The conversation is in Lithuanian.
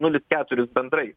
nulis keturis bendrai